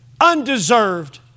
Undeserved